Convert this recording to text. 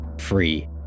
Free